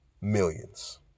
millions